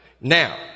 Now